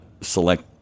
select